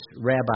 rabbi